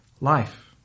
life